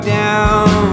down